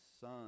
son